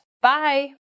Bye